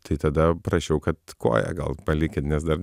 tai tada prašiau kad koją gal palikit nes dar